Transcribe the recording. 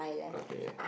okay